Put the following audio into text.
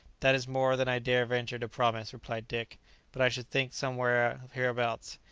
that is more than i dare venture to promise, replied dick but i should think somewhere hereabouts.